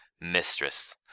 Mistress